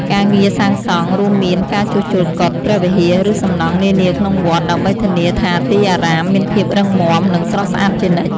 ការងារសាងសង់ រួមមានការជួសជុលកុដិ ព្រះវិហារ ឬសំណង់នានាក្នុងវត្ត ដើម្បីធានាថាទីអារាមមានភាពរឹងមាំ និងស្រស់ស្អាតជានិច្ច។